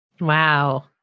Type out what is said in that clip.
Wow